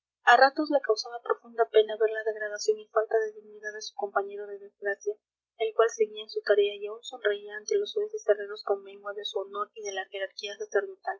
a ratos le causaba profunda pena ver la degradación y falta de dignidad de su compañero de desgracia el cual seguía en su tarea y aun sonreía ante los soeces herreros con mengua de su honor y de la jerarquía